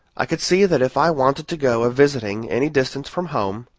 i could see that if i wanted to go a-visiting any distance from home,